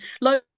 low